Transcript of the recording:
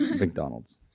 McDonald's